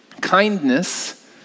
kindness